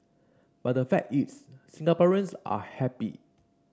but the fact is Singaporeans are happy